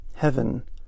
Heaven